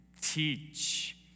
Teach